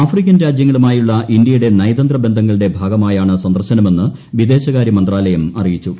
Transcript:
African രാജ്യങ്ങളുമായുള്ള ഇന്ത്യയുടെ നയതന്ത്രബന്ധങ്ങളുടെ ഭാഗമായാണ് സന്ദർശനമെന്ന് വിദേശകാര്യ മന്ത്രാലയം അറിയിച്ചു